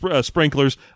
sprinklers